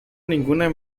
ninguna